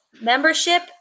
Membership